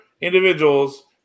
individuals